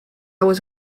was